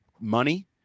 money